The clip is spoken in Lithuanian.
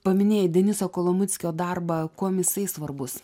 paminėjai deniso kolumuckio darbą kuom jisai svarbus